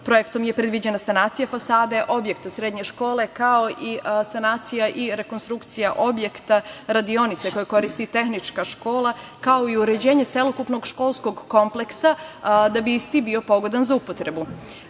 Projektom je predviđena sanacija fasade objekta srednje škole, kao i sanacija i rekonstrukcija objekta radionice koju koristi Tehnička škola, kao i uređenje celokupnog školskog kompleksa, da bi isti bio pogodan za